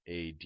ad